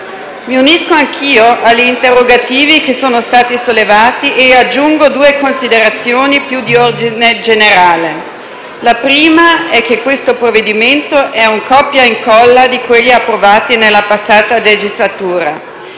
Mi unisco anch'io agli interrogativi che sono stati sollevati e aggiungo due considerazioni di ordine generale. La prima è che questo provvedimento è un copia e incolla di quelli approvati nella passata legislatura.